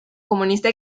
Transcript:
comunista